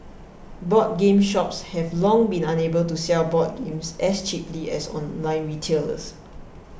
board game shops have long been unable to sell board games as cheaply as online retailers